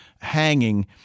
hanging